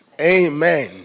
Amen